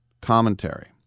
commentary